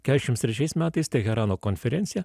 keturiasdešimt trečiais metais teherano konferencija